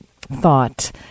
thought